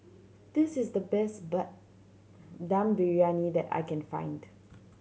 this is the best Dum Briyani that I can find